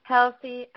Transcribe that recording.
Healthy